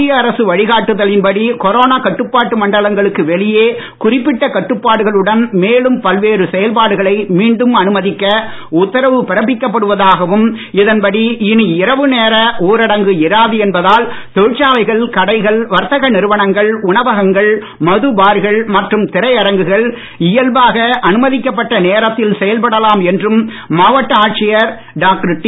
மத்திய அரசு வழிகாட்டுதலின் படி கொரோனா கட்டுப்பாட்டு மண்டலங்களுக்கு வெளியே குறிப்பிட்ட கட்டுப்பாடுகளுடன் மேலும் பல்வேறு செயல்பாடுகளை மீண்டும் அனுமதிக்க உத்தரவு பிறப்பிக்கப்படுவதாகவும் இதன் படி இனி இரவு நேர ஊரடங்கு இராது என்பதால் தொழிற்சாலைகள் கடைகள் வர்த்தக நிறுவனங்கள் உணவகங்கள் மதுபான பார்கள் மற்றும் திரையரங்குகள் இயல்பாக அனுமதிக்கப்பட்ட நேரத்தில் செயல்படலாம் என்றும் மாவட்ட ஆட்சியர் டாக்டர் டி